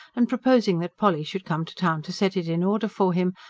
and proposing that polly should come to town to set it in order for him,